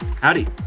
howdy